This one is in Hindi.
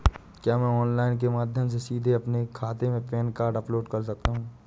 क्या मैं ऑनलाइन के माध्यम से सीधे अपने खाते में पैन कार्ड अपलोड कर सकता हूँ?